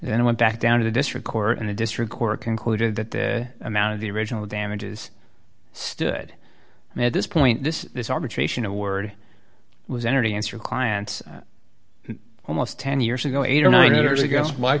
and went back down to the district court and the district court concluded that the amount of the original damages stood and at this point this is arbitration a word was entered answer client almost ten years ago eight or